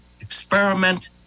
experiment